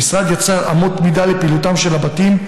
המשרד יצר אמות מידה לפעילתם של הבתים,